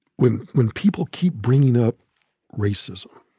when when people keep bringing up racism.